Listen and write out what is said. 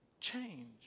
Change